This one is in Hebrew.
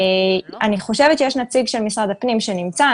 אני חושבת שיש נציג של משרד הפנים שנמצא כאן.